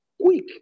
quick